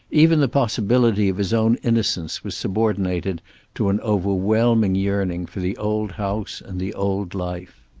even the possibility of his own innocence was subordinated to an overwhelming yearning for the old house and the old life.